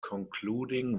concluding